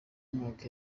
mwaka